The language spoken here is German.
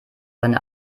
seine